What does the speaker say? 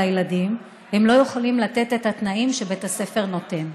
הילדים והם לא יכולים לתת את התנאים שבית הספר נותן.